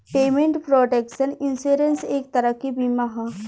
payment protection insurance एक तरह के बीमा ह